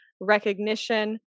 recognition